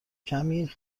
کمی